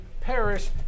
perish